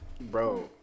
Bro